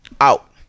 out